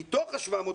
מתוך ה-750